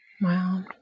Wow